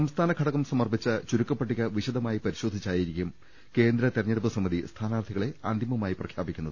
സംസ്ഥാന ഘടകം സമർപ്പിച്ച ചുരുക്കപ്പട്ടിക വിശദമായി പരിശോധിച്ചായിരിക്കും കേന്ദ്ര തെരഞ്ഞെടുപ്പ് സമിതി സ്ഥാനാർത്ഥികളെ അന്തിമമായി പ്രഖ്യാപിക്കുന്നത്